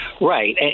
Right